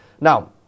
Now